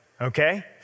okay